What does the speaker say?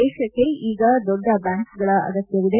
ದೇಶಕ್ಕೆ ಈಗ ದೊಡ್ಡ ಬ್ಲಾಂಕುಗಳ ಅಗತ್ಯವಿದೆ